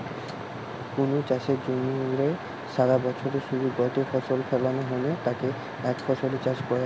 কুনু চাষের জমিরে সারাবছরে শুধু গটে ফসল ফলানা হ্যানে তাকে একফসলি চাষ কয়া হয়